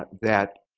that